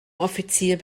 offizier